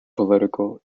political